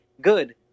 good